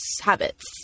habits